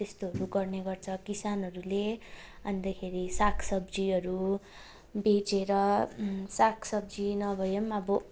त्यस्तोहरू गर्ने गर्छ किसानहरूले अन्तखेरि साग सब्जीहरू बेचेर साग सब्जी नभए पनि अब